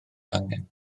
hangen